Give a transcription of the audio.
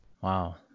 Wow